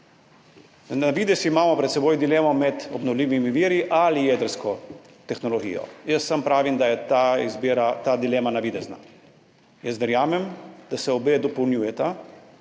Na videz imamo pred seboj dilemo med obnovljivimi viri ali jedrsko tehnologijo. Jaz sam pravim, da je ta dilema navidezna. Verjamem, da se obe dopolnjujeta